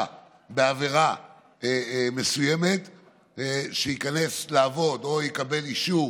בעבירה מסוימת ייכנס לעבוד או יקבל אישור